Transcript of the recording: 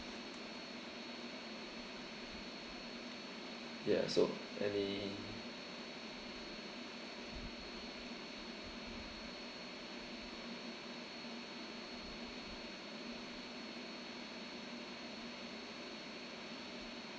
ya so any